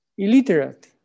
Illiterate